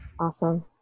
Awesome